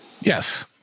Yes